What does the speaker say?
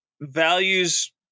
values